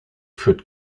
führt